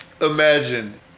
Imagine